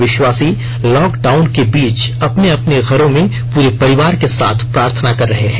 विश्वासी lockdown के बीच अपने अपने घरों में पूरे परिवार के साथ प्रार्थना कर रहे हैं